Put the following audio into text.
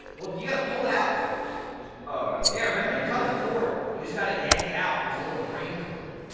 well you gotta pull it out first! you just oh okay yeah, remember you cut the cord you just gotta yank it out and there's a little brain cord